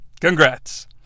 congrats